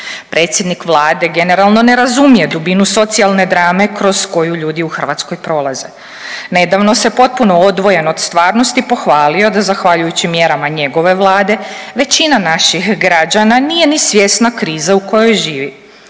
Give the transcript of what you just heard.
Predsjednik Vlade generalno ne razumije dubinu socijalne drame kroz koju ljudi u Hrvatskoj prolaze. Nedavno se potpuno odvojen od stvarnosti pohvalio da zahvaljujući mjerama njegove Vlade većina naših građana nije ni svjesna krize u kojoj živi.